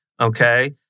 okay